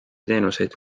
teenuseid